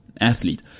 athlete